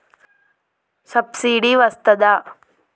Subsidy వస్తదా?